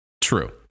True